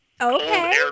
Okay